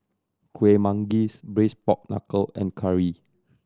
Kueh Manggis Braised Pork Knuckle and curry